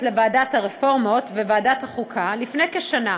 לוועדת הרפורמות וועדת החוקה לפני כשנה.